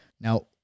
Now